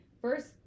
first